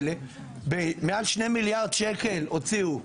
ומעל שני מיליארד שקלים הוציאו,